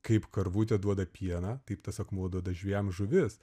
kaip karvutė duoda pieną taip tas akmuo duoda žvejam žuvis